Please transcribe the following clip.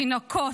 תינוקות,